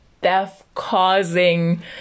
death-causing